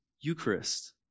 Eucharist